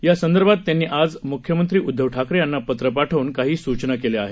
या संदर्भात त्यांनी आज मुख्यमंत्री उद्धव ठाकरे यांना पत्र पाठवून काही सूचना केल्या आहेत